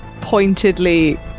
pointedly